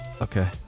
Okay